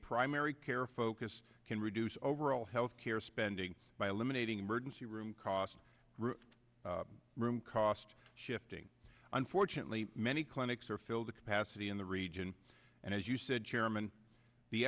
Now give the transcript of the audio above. primary care focus can reduce overall health care spending by eliminating emergency room costs room cost shifting unfortunately many clinics are filled to capacity in the region and as you said chairman the